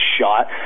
shot